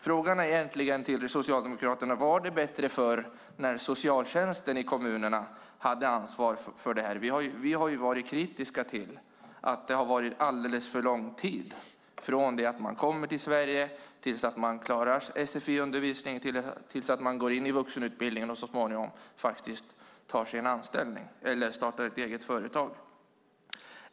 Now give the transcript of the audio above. Frågan till Socialdemokraterna är egentligen: Var det bättre förr när socialtjänsten i kommunerna hade ansvar för detta? Vi har varit kritiska till att det har gått alldeles för lång tid från det att man kommer till Sverige, tills man klarar sfi-undervisningen, går in i vuxenutbildningen och så småningom tar en anställning eller startar ett eget företag.